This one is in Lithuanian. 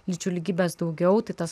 lyčių lygybės daugiau tai tas